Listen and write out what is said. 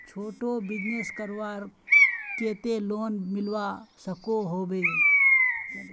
छोटो बिजनेस करवार केते लोन मिलवा सकोहो होबे?